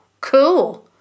cool